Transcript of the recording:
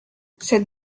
cette